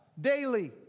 daily